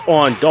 on